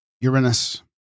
Uranus